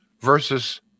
versus